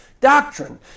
doctrine